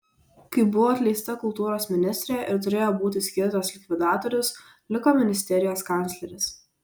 kai buvo atleista kultūros ministrė ir turėjo būti skirtas likvidatorius liko ministerijos kancleris